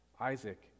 Isaac